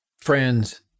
Friends